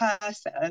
person